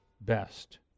best